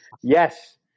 Yes